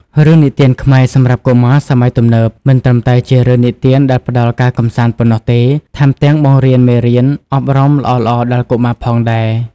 រឿងនិទានខ្មែរសម្រាប់កុមារសម័យទំនើប មិនត្រឹមតែជារឿងនិទានដែលផ្ដល់ការកម្សាន្តប៉ុណ្ណោះទេ ថែមទាំងបង្រៀនមេរៀនអប់រំល្អៗដល់កុមារផងដែរ។